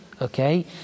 Okay